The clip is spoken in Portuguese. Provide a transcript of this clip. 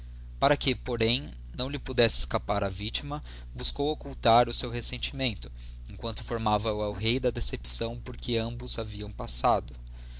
para que porém lhe não pudesse escapar a victima buscou occultar o seu resentimento emquanto informava a el-rei da decepção porque ambos haviam passado